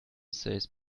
says